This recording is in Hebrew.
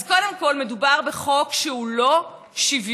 קודם כול, מדובר בחוק שהוא לא שוויוני.